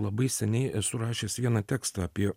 labai seniai esu rašęs vieną tekstą apie